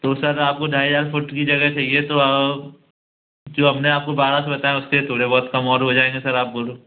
तो सर आपको ढाई हज़ार फुट की जगह चाहिए तो आप जो हम ने आपको बारह सौ बताया उसके थोड़े बहुत कम और हो जाएँगे सर आप बोलो